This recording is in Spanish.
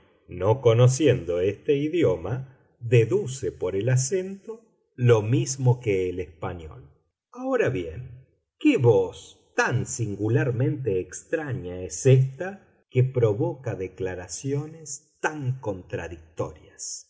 no conociendo este idioma deduce por el acento lo mismo que el español ahora bien qué voz tan singularmente extraña es ésta que provoca declaraciones tan contradictorias